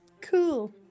cool